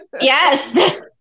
Yes